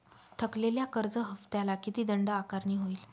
थकलेल्या कर्ज हफ्त्याला किती दंड आकारणी होईल?